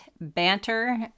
banter